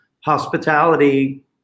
hospitality